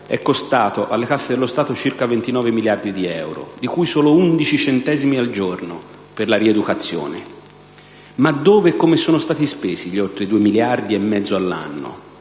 è costato alle casse dello Stato circa 29 miliardi di euro, di cui solo 11 centesimi al giorno per la rieducazione. Ma dove e come sono stati spesi gli oltre due miliardi e mezzo all'anno?